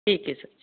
ਠੀਕ ਹੈ ਸਰ ਜੀ